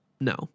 no